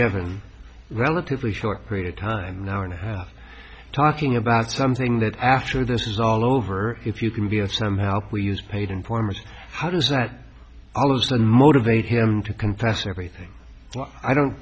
given a relatively short period of time now and a half talking about something that after this is all over if you can be of some help to use paid informers how does that follows then motivate him to confess everything i don't